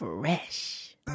Fresh